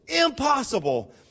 impossible